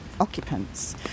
occupants